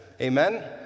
Amen